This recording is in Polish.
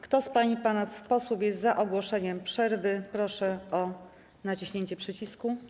Kto z pań i panów posłów jest za ogłoszeniem przerwy, proszę nacisnąć przycisk.